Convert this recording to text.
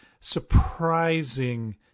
Surprising